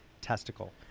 testicle